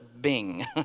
Bing